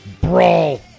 Brawl